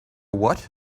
what